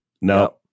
no